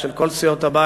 של כל סיעות הבית